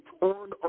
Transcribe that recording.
torn